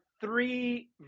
three